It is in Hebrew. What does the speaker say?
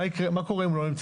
מה קורה אם הוא לא בבית?